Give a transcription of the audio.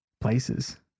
places